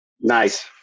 nice